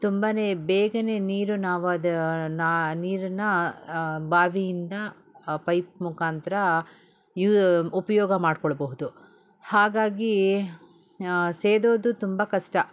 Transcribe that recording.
ತುಂಬ ಬೇಗ ನೀರು ನಾವದು ನಾ ನೀರನ್ನ ಬಾವಿಯಿಂದ ಪೈಪ್ ಮುಖಾಂತ್ರ ಯೂ ಉಪಯೋಗ ಮಾಡಿಕೊಳ್ಬಹುದು ಹಾಗಾಗಿ ಸೇದೋದು ತುಂಬ ಕಷ್ಟ